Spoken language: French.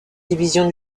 division